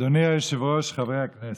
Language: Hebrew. אדוני היושב-ראש, חברי הכנסת,